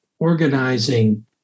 organizing